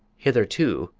hitherto,